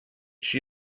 she